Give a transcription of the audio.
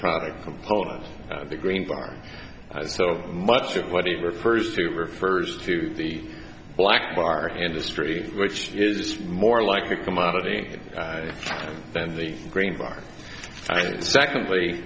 product component of the green bar so much of what he refers to refers to the black bar industry which is more like a commodity than the green bar secondly